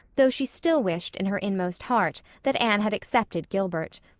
though she still wished in her inmost heart that anne had accepted gilbert.